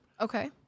Okay